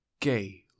gay